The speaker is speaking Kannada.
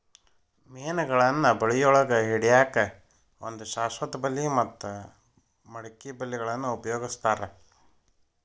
ಮೇನಗಳನ್ನ ಬಳಿಯೊಳಗ ಹಿಡ್ಯಾಕ್ ಒಂದು ಶಾಶ್ವತ ಬಲಿ ಮತ್ತ ಮಡಕಿ ಬಲಿಗಳನ್ನ ಉಪಯೋಗಸ್ತಾರ